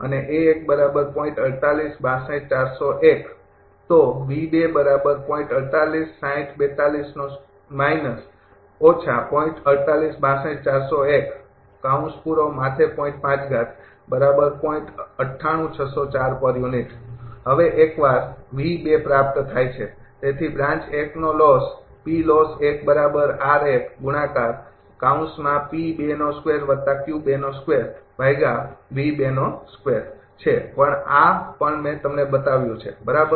અને હવે એકવાર પ્રાપ્ત થાય છે તેથી બ્રાન્ચ નો લોસ તે છે આ પણ મેં તમને બતાવ્યું છે બરાબર